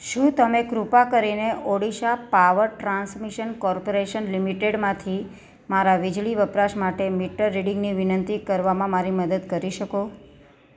શું તમે કૃપા કરી ને ઓડિશા પાવર ટ્રાન્સમિશન કોર્પરેશન લિમિટેડમાંથી મારાં વીજળી વપરાશ માટે મીટર રીડિંગની વિનંતી કરવામાં મારી મદદ કરી શકો